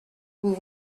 vous